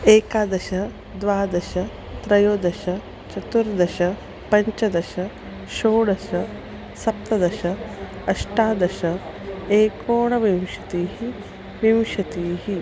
एकादश द्वादश त्रयोदश चतुर्दश पञ्चदश षोडश सप्तदश अष्टादश एकोनविंशतिः विंशतीः